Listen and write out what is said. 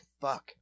fuck